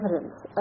evidence